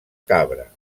cabra